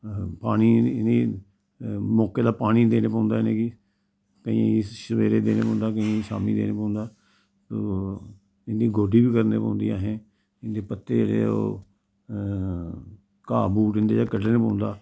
पानी इ'नें मौके दा पानी देना पौंदा इनेंगी केईयें सवेरे देना पौंदा केईयें शाम्मी देना पौंदा तो इंं'दी गोड्डी बी करनी पौंदी असें जे पत्ते रेह् ओह् घा बूट इं'दे च कड्ढना पौंदा